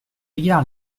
égard